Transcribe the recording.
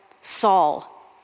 Saul